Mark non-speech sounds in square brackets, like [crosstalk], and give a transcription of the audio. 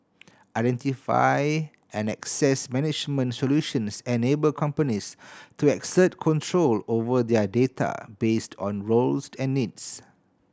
identity and access management solutions enable companies to exert control over their data based on roles [unintelligible] and needs